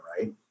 right